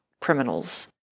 criminals